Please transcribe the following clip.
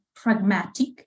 pragmatic